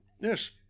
Yes